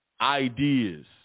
ideas